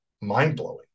mind-blowing